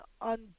on